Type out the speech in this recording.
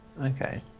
okay